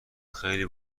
خیلی